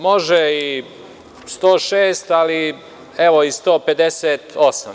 Može i 106. ali evo i 158.